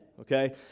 okay